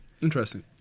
Interesting